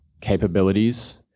capabilities